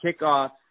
kickoff